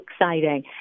exciting